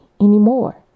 anymore